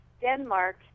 Denmark